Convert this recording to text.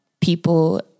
people